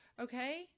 Okay